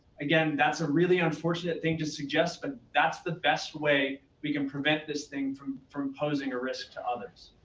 again, that's a really unfortunate thing to suggest, but that's the best way we can prevent this thing from from posing a risk to others.